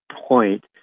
point